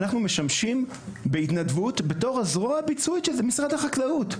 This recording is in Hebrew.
אנחנו משמשים בהתנדבות בתור הזרוע הביצועית של משרד החקלאות.